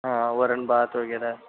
हा वरण भात वगैरे